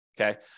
okay